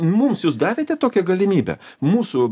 mums jūs davėte tokią galimybę mūsų